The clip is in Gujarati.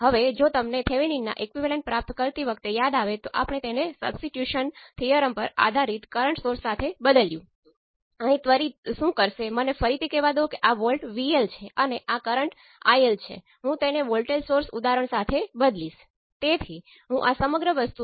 હવે જો તમે આને y પેરામિટર સાથે સરખાવો છો તો આપણી પાસે શું હતું